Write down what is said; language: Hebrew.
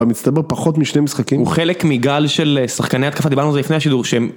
המצטבר פחות משני משחקים. הוא חלק מגל של שחקני התקפה, דיברנו על זה לפני השידור, שהם